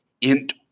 int